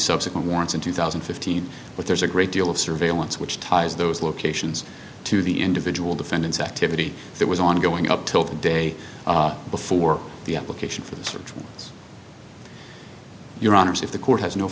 subsequent warrants in two thousand and fifteen but there's a great deal of surveillance which ties those locations to the individual defendants activity that was ongoing up til the day before the application for the search warrants your honour's if the court has no